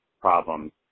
problems